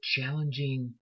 challenging